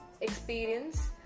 experience